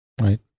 Right